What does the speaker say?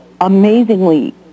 amazingly